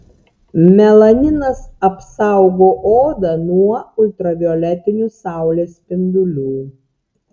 melaninas apsaugo odą nuo ultravioletinių saulės spindulių